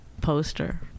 poster